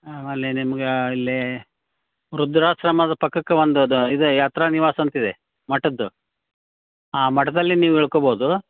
ಆಮೇಲೆ ನಿಮ್ಗೆ ಇಲ್ಲಿ ರುದ್ರಾಶ್ರಮದ ಪಕ್ಕಕ್ಕೆ ಒಂದು ಅದು ಇದು ಯಾತ್ರಾ ನಿವಾಸ ಅಂತಿದೆ ಮಠದ್ದು ಆ ಮಠದಲ್ಲಿ ನೀವು ಇಳ್ಕೊಬೋದು